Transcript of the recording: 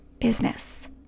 business